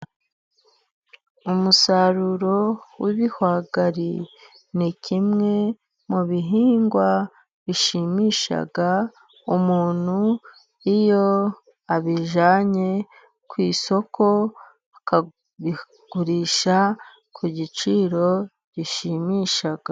Umusaruro w'ibihwagari, ni kimwe mu bihingwa bishimisha umuntu iyo abijyanye ku isoko akabigurisha ku giciro gishimisha.